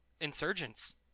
Insurgents